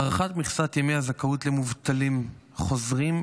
והארכת מכסת ימי הזכאות למובטלים חוזרים,